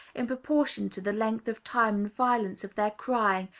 in proportion to the length of time and violence of their crying,